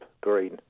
green